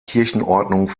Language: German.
kirchenordnung